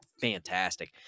fantastic